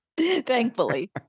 Thankfully